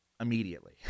immediately